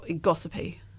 gossipy